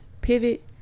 pivot